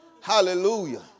Hallelujah